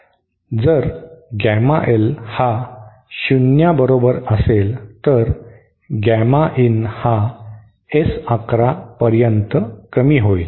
जर गॅमा 1 हा शून्याबरोबर असेल तर गॅमा इन हा S 11 पर्यंत कमी होईल